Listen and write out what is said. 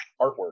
artwork